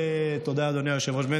תודה, אדוני היושב-ראש.